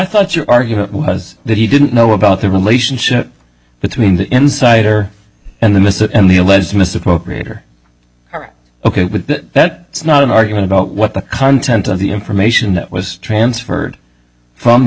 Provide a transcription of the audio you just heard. thought your argument was that he didn't know about the relationship between the insider and the miss and the alleged misappropriate or are ok with that it's not an argument about what the content of the information that was transferred from the